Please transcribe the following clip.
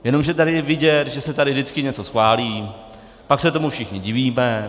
Jenomže tady je vidět, že se tady vždycky něco schválí, pak se tomu všichni divíme.